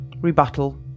rebuttal